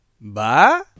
Bye